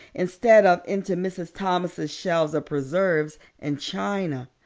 instead of into mrs. thomas' shelves of preserves and china.